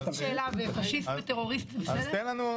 יש לי שאלה "פשיסט" ו "טרוריסט" זה בסדר?